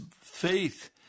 faith